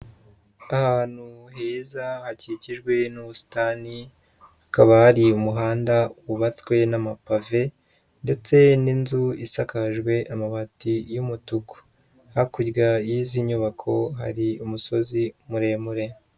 Ahantu heza hakikijwe n'ubusitani, hakaba hari umuhanda wubatswe n'amapave ndetse n'inzu isakajwe amabati y'umutuku, hakurya y'izi nyubako hari umusozi muremure.